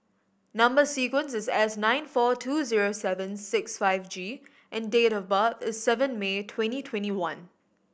number sequence is S nine four two zero seven six five G and date of birth is seven May twenty twenty one